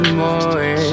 more